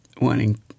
wanting